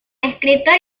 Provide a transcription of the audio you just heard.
escritor